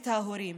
את ההורים,